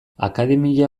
akademia